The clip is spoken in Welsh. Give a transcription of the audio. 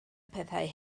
pethau